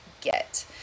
get